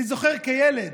אני זוכר כילד,